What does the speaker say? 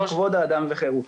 כבוד האדם וחרותו,